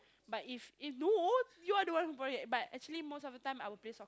but if if no you are the one who call it but actually most of the time I will play soccer